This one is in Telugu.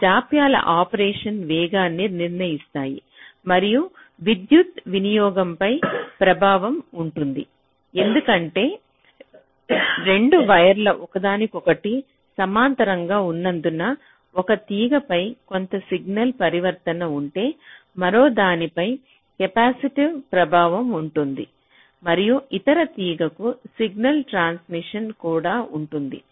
ఆ జాప్యాలు ఆపరేషన్ వేగాన్ని నిర్ణయిస్తాయి మరియు విద్యుత్ వినియోగంపై ప్రభావం ఉంటుంది ఎందుకంటే 2 వైర్లు ఒకదానికొకటి సమాంతరంగా ఉన్నందున ఒక తీగపై కొంత సిగ్నల్ పరివర్తనం ఉంటే మరోదానిపై కెపాసిటివ్ ప్రభావం ఉంటుంది మరియు ఇతర తీగకు సిగ్నల్ ట్రాన్సిషన్ కూడా ఉంటుంది